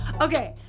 okay